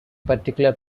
particular